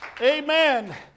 Amen